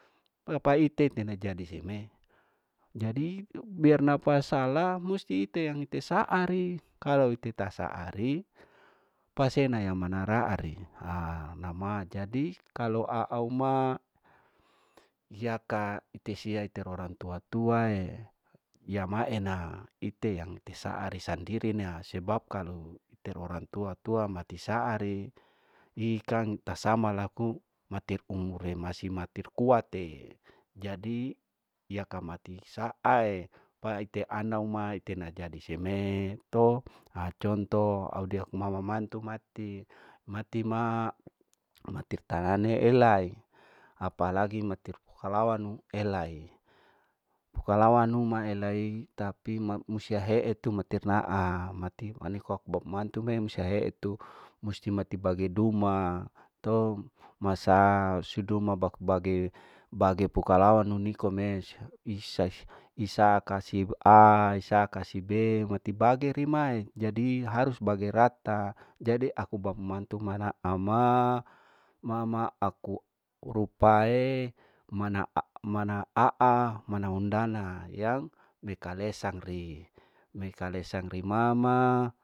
Napa ite teme jadi seme jadi biar napa salah musti ite ite saari kalu ite ta saari pasena yang mana raariaa nama jadi kalu au ma hiaka ite sia iter orang tua tua ee iya maena ite yang ite saari sandiri nea sebab kalu iter orang tua tua metir saari ikang tasama laku matir ungu re hi matir kua te jadi yaka mati saae pai ite ana eite ma jadi seme to aconto au mama mantu jadi matir ma matir talanr elai apalagi matir pokalawanu elai, pokalawanu ma elai tapi map musia hee tu metir naa mati paniko aku bap mantu me musti ahe etu musti mati bage duma to masa sudu ma bag bage, bage pukalanu nikome isai kasi ai sa kasibe mati bage rimai iharus bage rata de aku bap mantu mana ama mama aku rupae mana amanaaa mana undana yang mi kalesang ri, mi kalesang ri mama.